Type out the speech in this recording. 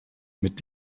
mit